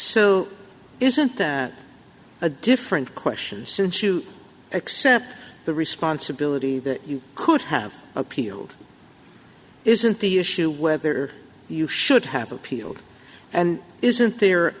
so isn't that a different question since you accept the responsibility that you could have appealed isn't the issue whether you should have appealed and isn't there